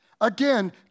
Again